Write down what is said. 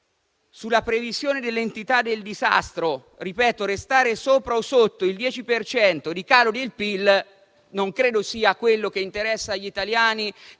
sulla previsione dell'entità del disastro: ripeto, restare sopra o sotto il 10 per cento di calo del PIL non credo sia ciò che interessa agli italiani